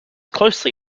closely